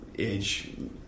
age